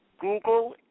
Google